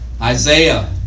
Isaiah